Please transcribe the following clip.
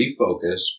refocus